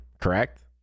Correct